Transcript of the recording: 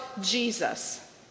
Jesus